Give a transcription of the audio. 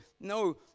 No